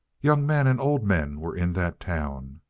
young men and old men were in that town,